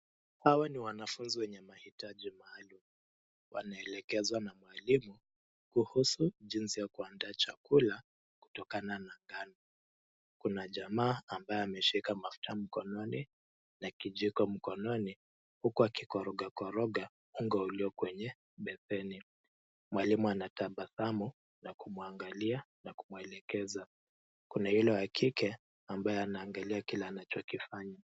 Hawa ni wanafunzi wenye mahitaji maalum. Wanaelekezwa na mwalimu kuhusu jinsi ya kuandaa chakula kutokana na ngano. Kuna jamaa ambaye ameshika mafuta mkononi na kijiko mkononi huku akikoroga koroga unga ulio kwenye beseni. Mwalimu anatabasamu na kumwangalia na kumuelekeza. Kuna yule wa kike ambaye anaangalia kila anachokifanya.